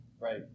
Right